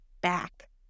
back